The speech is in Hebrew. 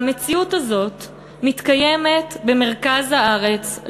והמציאות הזאת מתקיימת במרכז הארץ,